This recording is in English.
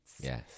Yes